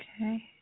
Okay